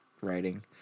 writing